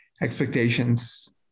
Expectations